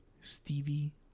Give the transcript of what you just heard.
Stevie